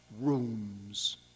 rooms